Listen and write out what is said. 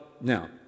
now